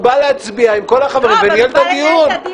הוא בא להצביע עם כל החברים וניהל את הדיון.